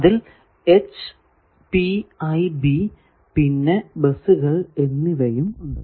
അതിൽ HPIB പിന്നെ ബസുകൾ എന്നിവയും ഉണ്ട്